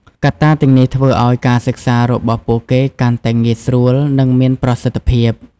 កត្តាទាំងនេះធ្វើឱ្យការសិក្សារបស់ពួកគេកាន់តែងាយស្រួល និងមានប្រសិទ្ធភាព។